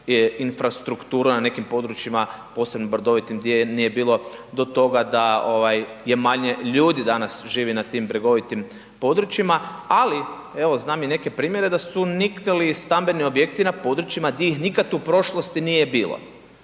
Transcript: infrastrukturu na nekim područjima, posebno brdovitim gdje je nije bilo do toga da ovaj je manje ljudi danas živi na tim bregovitim područjima, ali evo znam i neke primjere da su niknuli stambeni objekti na područjima gdje ih nikad u prošlosti nije bilo.